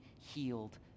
healed